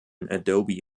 adobe